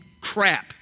crap